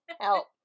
Help